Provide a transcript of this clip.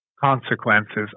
consequences